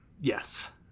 yes